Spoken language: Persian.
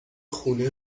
خونه